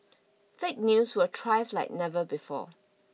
fake news will thrive like never before